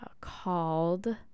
called